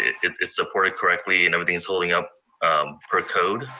it's supported correctly, and everything's holding up per code.